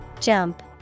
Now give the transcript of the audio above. Jump